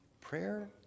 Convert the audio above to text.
prayer